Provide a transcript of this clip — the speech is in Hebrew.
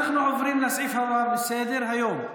נעבור לסעיף הבא בסדר-היום,